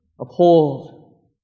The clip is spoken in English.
uphold